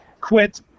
quit